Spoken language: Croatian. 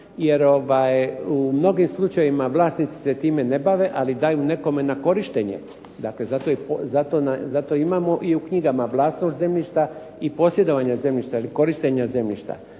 jer u mnogim slučajevima vlasnici se time ne bave, ali daju nekome na korištenje. Dakle, zato imamo i u knjigama vlasništvo zemljišta i posjedovanje zemljišta ili korištenja zemljišta.